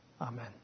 Amen